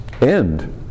end